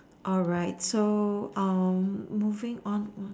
alright so um moving on on